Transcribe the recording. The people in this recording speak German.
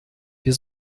wir